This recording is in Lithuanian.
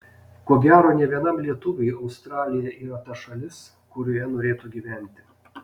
ko gero ne vienam lietuviui australija yra ta šalis kurioje norėtų gyventi